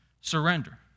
surrender